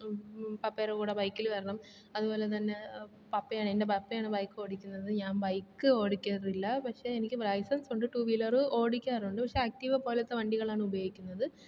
പപ്പയുടെ കൂടെ ബൈക്കില് വരണം അതുപോലെ തന്നെ പപ്പയാണ് എൻ്റെ പപ്പയാണ് ബൈക്ക് ഓടിക്കുന്നത് ഞാൻ ബൈക്ക് ഓടിക്കാറില്ല പക്ഷെ എനിക്ക് ലൈസൻസ് ഉണ്ട് ടു വീലറ് ഓടിക്കാറുണ്ട് പക്ഷേ ആക്റ്റീവ പോലത്തെ വണ്ടികളാണ് ഉപയോഗിക്കുന്നത്